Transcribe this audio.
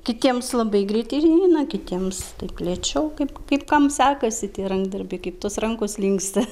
kitiems labai greit ir eina kitiems taip lėčiau kaip kaip kam sekasi tie rankdarbiai kaip tos rankos linksta